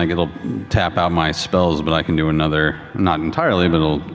like it'll tap out my spells, but i can do another, not entirely, but it'll,